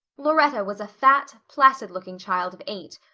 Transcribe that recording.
lauretta was a fat, placid-looking child of eight,